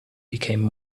became